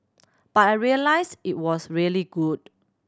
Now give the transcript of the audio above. but I realised it was really good